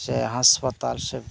ᱥᱮ ᱦᱟᱥᱯᱟᱛᱟᱞ ᱥᱮ